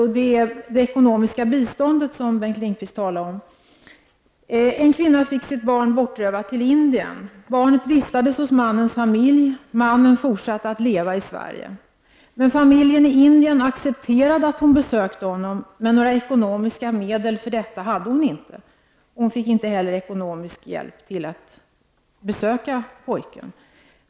Det är det ekonomiska biståndet som Bengt Lindqvist talade om. En kvinna fick sitt barn bortrövat till Indien. Barnet vistades hos mannens familj. Mannen fortsatte att leva i Sverige. Men familjen i Indien accepterade att kvinnan besökte barnet, men hon hade inte några ekonomiska medel för detta. Hon fick inte heller ekonomisk hjälp till att besöka pojken.